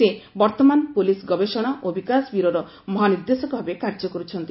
ସେ ବର୍ତ୍ତମାନ ପୁଲିସ ଗବେଷଣା ଓ ବିକାଶ ବ୍ୟୁରୋର ମହାନିର୍ଦ୍ଦେଶକ ଭାବେ କାର୍ଯ୍ୟ କରୁଛନ୍ତି